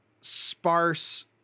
sparse